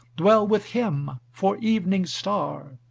dwell with him for evening star,